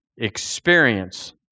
experience